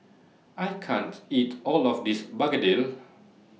I can't eat All of This Begedil